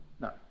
No